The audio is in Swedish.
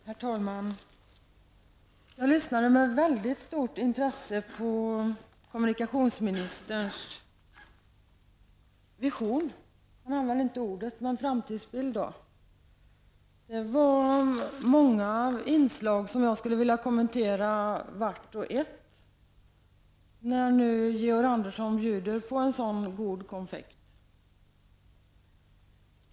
Herr talman! Jag tog med mycket stort intresse del av kommunikationsministerns vision -- han använde själv inte det ordet -- eller framtidsbild. Hans anförande innehöll många inslag som jag skulle vilja kommentera vart och ett, när Georg Andersson nu bjuder på en så god konfekt.